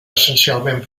essencialment